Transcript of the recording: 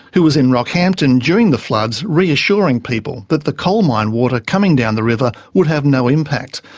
who was in rockhampton during the floods reassuring people that the coal mine water coming down the river would have no impact,